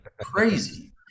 crazy